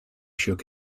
shook